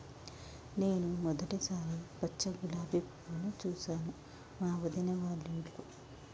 నేను మొదటిసారి పచ్చ గులాబీ పువ్వును చూసాను మా వదిన వాళ్ళింట్లో